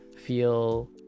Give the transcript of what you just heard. Feel